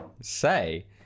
say